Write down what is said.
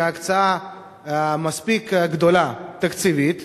שהיא הקצאה מספיק גדולה תקציבית.